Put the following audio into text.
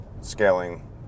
scaling